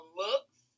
looks